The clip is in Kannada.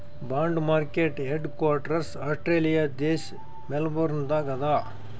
bond market headquarters Australia ದೇಶ್ ಮೆಲ್ಬೋರ್ನ್ ದಾಗ್ ಅದಾ